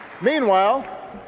Meanwhile